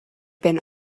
been